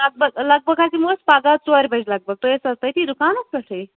لگ بگ لگ بگ حظ یِمو أسۍ پگہہ ژورِ بَجہ لگ بگ تُہۍ ٲسوِ حظ تٔتی دُکانس پٮ۪ٹھٕے